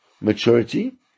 maturity